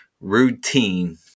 Routine